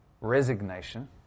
resignation